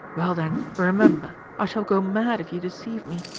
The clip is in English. well then remember, i shall go mad if you deceive me.